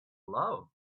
love